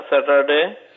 Saturday